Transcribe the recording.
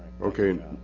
Okay